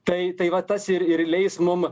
tai tai va tas ir ir leis mum